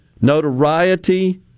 notoriety